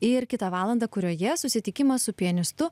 ir kitą valandą kurioje susitikimas su pianistu